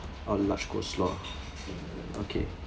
a large coleslaw okay